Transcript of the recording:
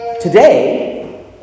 Today